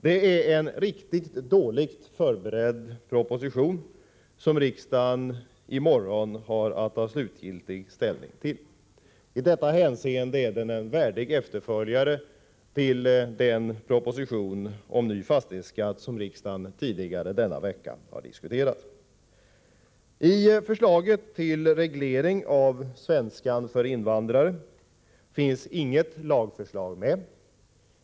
Det är en riktigt dåligt förberedd proposition som riksdagen i morgon har att ta slutgiltig ställning till. I detta hänseende är den en värdig efterföljare till den proposition om ny fastighetsskatt som riksdagen tidigare denna vecka har diskuterat. I förslaget till reglering av svenskundervisningen för invandrare finns inget lagförslag med.